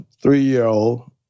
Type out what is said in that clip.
three-year-old